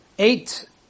Eight